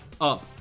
Up